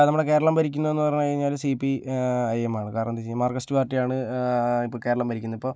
നമ്മുടെ കേരളം ഭരിക്കുന്നതെന്ന് പറഞ്ഞ് കഴിഞ്ഞാൽ സി പി ഐ എമ്മാണ് കാരണമെന്ന് വെച്ചു കഴിഞ്ഞാൽ മാർക്സിസ്റ്റ് പാർട്ടിയാണ് ഇപ്പോൾ കേരളം ഭരിക്കുന്നത് ഇപ്പോൾ